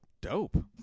dope